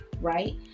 Right